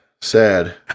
Sad